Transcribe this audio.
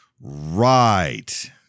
Right